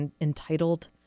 entitled